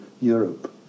Europe